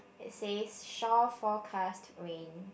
it's say shore forecast rain